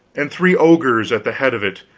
and three ogres at the head of it,